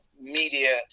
media